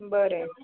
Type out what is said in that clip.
बरें